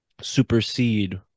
supersede